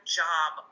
job